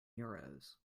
euros